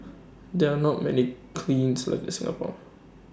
there are not many kilns left in Singapore